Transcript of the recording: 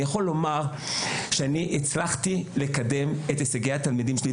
אני יכול לומר שהצלחתי לקדם את הישגי התלמידים שלי,